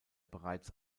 bereits